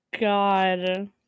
god